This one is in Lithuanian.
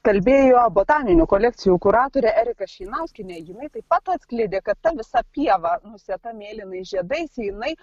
kalbėjo botaninių kolekcijų kuratorė erika šeinauskienė jinai taip pat atskleidė kad visa pieva nusėta mėlynais žiedais jinai